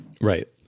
right